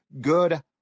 good